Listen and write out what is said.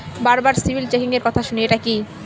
বারবার সিবিল চেকিংএর কথা শুনি এটা কি?